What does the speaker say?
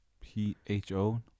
P-H-O